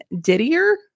Didier